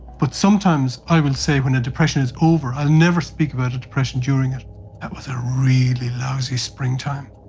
but sometimes i will say when a depression is over, i'll never speak about a depression during it, that was a really lousy springtime,